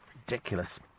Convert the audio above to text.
Ridiculous